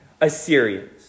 Assyrians